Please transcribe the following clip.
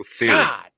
God